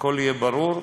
הכול יהיה ברור,